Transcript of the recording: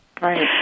Right